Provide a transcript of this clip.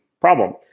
problem